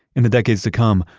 in the decades to come,